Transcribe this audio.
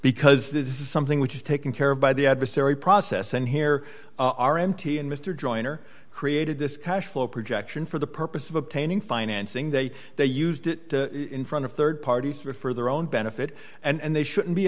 because this is something which is taken care of by the adversary process and here are empty and mr joyner created this cash flow projection for the purpose of obtaining financing that they used it in front of rd parties for their own benefit and they shouldn't be